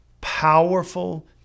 powerful